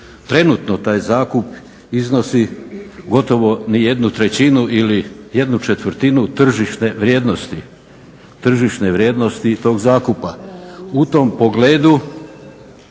Trenutno taj zakup iznosi gotovo ne 1/3 ili 1/4 tržišne vrijednosti tog zakupa.